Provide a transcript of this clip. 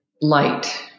light